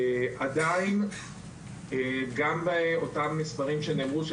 עדיין גם באותם מספרים שנאמרו,